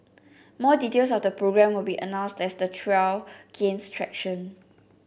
more details of the programme will be announced as the trial gains traction